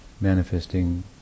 manifesting